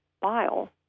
bile